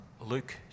Luke